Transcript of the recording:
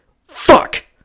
fuck